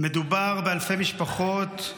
היו"ר משה סולומון: